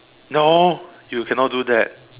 no you cannot do that